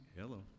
Hello